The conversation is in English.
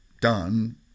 done